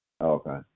Okay